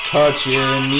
Touching